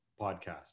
podcast